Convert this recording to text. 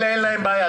אלה אין להם בעיה.